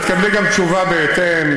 תקבלי גם תשובה בהתאם,